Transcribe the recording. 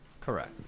Correct